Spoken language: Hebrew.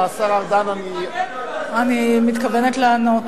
השר ארדן, אני מתכוונת לענות.